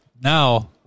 now